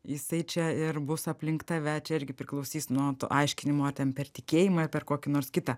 jisai čia ir bus aplink tave čia irgi priklausys nuo to aiškinimo ar ten per tikėjimą ar per kokį nors kitą